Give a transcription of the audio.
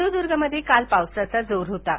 सिंधुदुर्गमध्ये काल पावसाचा जोर होता